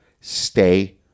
stay